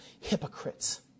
hypocrites